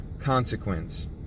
consequence